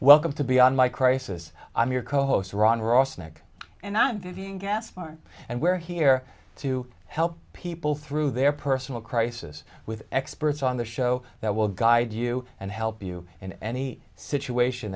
welcome to beyond my crisis i'm your co host ron ross nick and i'm vivian caspar and we're here to help people through their personal crisis with experts on the show that will guide you and help you in any situation